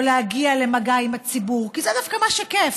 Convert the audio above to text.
או להגיע למגע עם הציבור, כי זה דווקא מה שכיף.